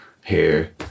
hair